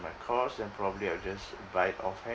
my cost then probably I'll just buy it offhand